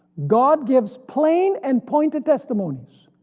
god gives plain and pointed testimonies,